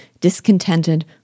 discontented